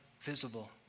visible